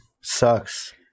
sucks